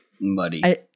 muddy